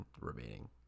remaining